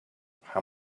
how